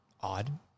odd